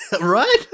Right